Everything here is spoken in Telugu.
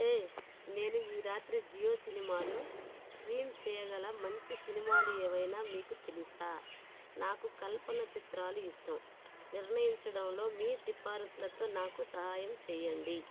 హే నేను ఈ రాత్రి జియో సినిమాలో స్ట్రీమ్ చేయగల మంచి సినిమాలు ఏవైనా మీకు తెలుసా నాకు కల్పన చిత్రాలు ఇష్టం నిర్ణయించడంలో మీ సిఫారస్సులతో నాకు సాయం చెయ్యండి